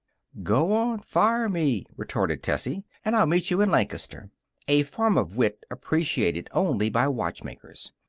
go on fire me, retorted tessie, and i'll meet you in lancaster a form of wit appreciated only by watchmakers.